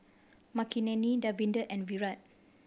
Makineni Davinder and Virat